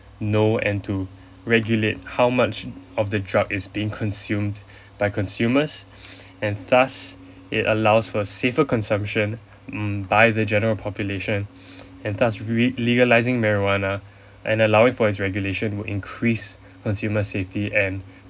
no end to regulate how much of the drug is being consumed by consumers and thus it allows for safer consumption mm by the general population and thus re~ legalizing marijuana and allowing for its regulation would increase consumer's safety and